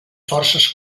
forces